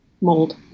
mold